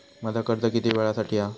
माझा कर्ज किती वेळासाठी हा?